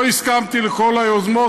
לא הסכמתי לכל היוזמות,